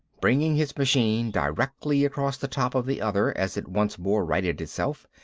bringing his machine directly across the top of the other as it once more righted itself,